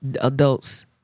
adults